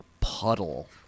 puddle